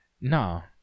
No